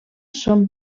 són